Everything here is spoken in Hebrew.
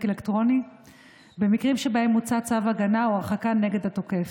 אלקטרוני במקרים שבהם הוצא צו הגנה או הרחקה נגד התוקף.